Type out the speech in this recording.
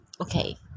okay